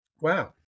wow